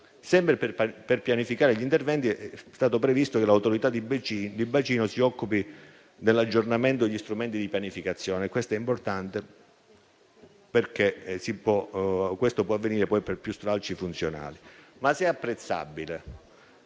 Sempre per pianificare gli interventi, è stato previsto che l'Autorità di bacino si occupi dell'aggiornamento degli strumenti di pianificazione. Ciò è importante perché può avvenire poi per più stralci funzionali. Se però è apprezzabile